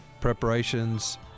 preparations